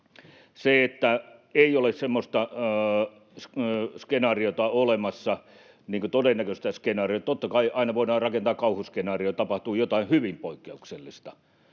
käyttöön. Ei ole semmoista skenaariota olemassa, todennäköistä skenaariota... Totta kai aina voidaan rakentaa kauhuskenaarioita, että tapahtuu jotain hyvin poikkeuksellista,